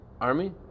Army